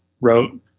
wrote